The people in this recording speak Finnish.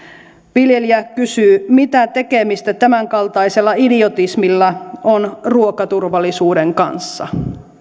viljelijä kysyy mitä tekemistä tämänkaltaisella idiotismilla on ruokaturvallisuuden kanssa